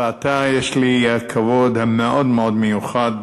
ועתה יש לי הכבוד המאוד מאוד מיוחד